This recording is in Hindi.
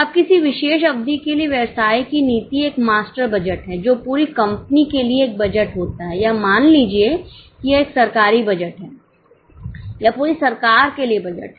अब किसी विशेष अवधि के लिए व्यवसाय की नीति एक मास्टर बजट है जो पूरी कंपनी के लिए एक बजट होता है या मान लीजिए कि यह एक सरकारी बजट है यह पूरी सरकार के लिए बजट है